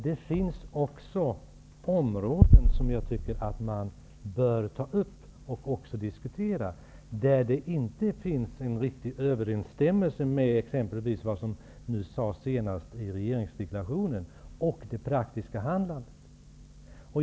Det finns dock områden som jag tycker att man bör ta upp till diskussion, där det inte finns en riktig överenstämmelse t.ex. mellan vad som sades senast i regeringsdeklarationen och det praktiska handlandet.